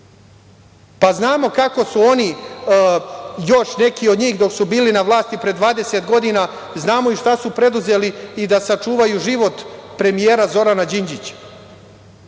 Pa, znamo kako su oni, još neki od njih dok su bili na vlasti pre 20 godina, znamo i šta su preduzeli i da sačuvaju život premijera, Zorana Đinđića.